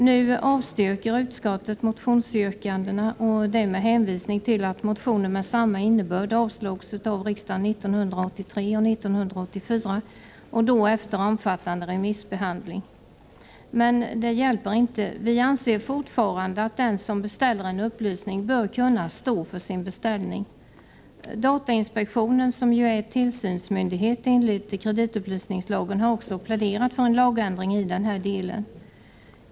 Nu avstyrker utskottet motionsyrkandena med hänvisning till att motioner med samma innebörd avslogs av riksdagen 1983 och 1984, då efter en omfattande remissbehandling. Men detta hjälper inte. Vi anser fortfarande att den som beställer en upplysning bör kunna stå för sin beställning. Datainspektionen, som är tillsynsmyndighet enligt kreditupplysningslagen, har också pläderat för en lagändring i denna del.